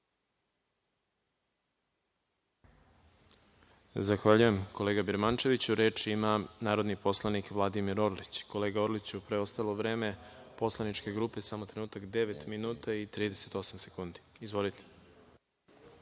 Zahvaljujem, kolega Birmančeviću. Reč ima narodni poslanik Vladimir Orlić. Kolega Orliću preostalo vreme poslaničke grupe 9 minuta i 38 sekundi. Izvolite.